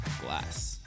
glass